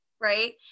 right